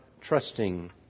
trusting